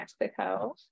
Mexico